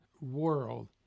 world